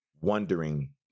wondering